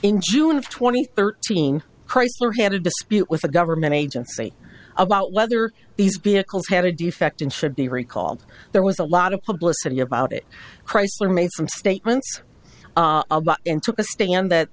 in june of twenty thirteen chrysler had a dispute with a government agency about whether these vehicles had a defect and should be recalled there was a lot of publicity about it chrysler made some statements and took a stand that